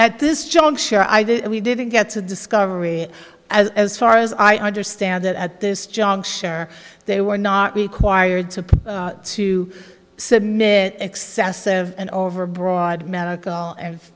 at this juncture either we didn't get to discovery as far as i understand it at this juncture they were not required to to submit excessive and overbroad medical and